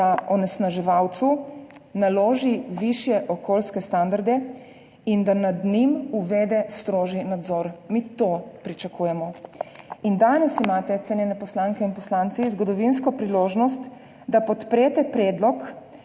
da onesnaževalcu naložite višje okoljske standarde in da nad njim uvedete strožji nadzor. Mi to pričakujemo. Danes imate, cenjene poslanke in poslanci, zgodovinsko priložnost, da podprete predlog